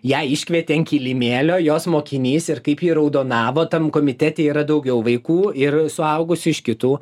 ją iškvietė ant kilimėlio jos mokinys ir kaip ji raudonavo tam komitete yra daugiau vaikų ir suaugusių iš kitų